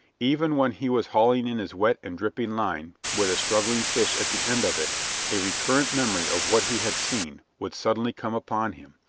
even when he was hauling in his wet and dripping line with a struggling fish at the end of it a recurrent memory of what he had seen would suddenly come upon him,